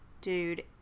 dude